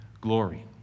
glory